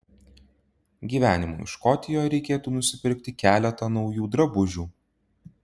gyvenimui škotijoje reikėtų nusipirkti keletą naujų drabužių